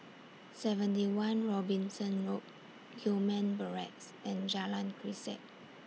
seventy one Robinson Road Gillman Barracks and Jalan Grisek